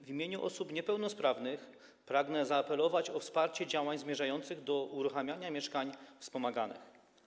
W imieniu osób niepełnosprawnych pragnę zaapelować o wsparcie działań zmierzających do uruchamiania mieszkań wspomaganych.